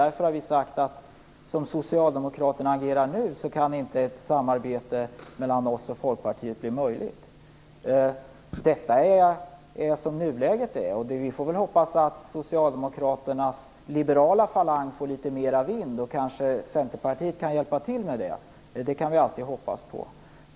Därför har vi sagt: Som Socialdemokraterna nu agerar kan inte ett samarbete mellan dem och Folkpartiet bli möjligt. Så är det i nuläget. Vi får väl hoppas att Socialdemokraternas liberala falang får litet mera vind. Kanske kan Centerpartiet hjälpa till med det. Det kan vi alltid hoppas på.